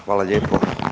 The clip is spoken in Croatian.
Hvala lijepo.